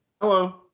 Hello